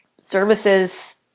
services